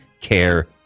care